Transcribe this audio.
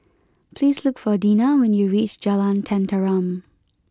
please look for Dinah when you reach Jalan Tenteram